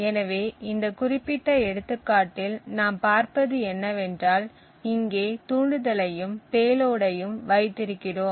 எனவே இந்த குறிப்பிட்ட எடுத்துக்காட்டில் நாம் பார்ப்பது என்னவென்றால் இங்கே தூண்டுதலையும் பேலோடையும் வைத்திருக்கிறோம்